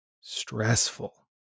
stressful